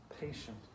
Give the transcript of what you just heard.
patient